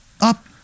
Up